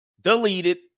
deleted